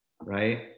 right